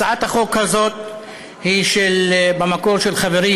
הצעת החוק הזאת היא במקור של חברי,